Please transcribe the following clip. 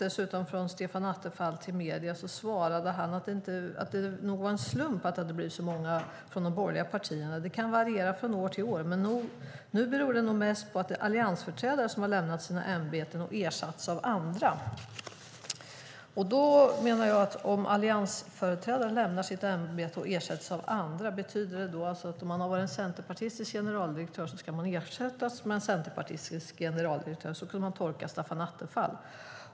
Stefan Attefall svarar i medierna att det nog är en slump att det hade blivit så många från de borgerliga partierna, att det kan variera från år till år och att det mest beror på att det är alliansföreträdare som lämnat sina ämbeten och ersatts av andra. Betyder det att en centerpartistisk generaldirektör ska ersättas med en centerpartistisk generaldirektör? Så kan man nämligen tolka Stefan Attefall.